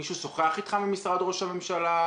מישהו שוחח איתך ממשרד ראש הממשלה?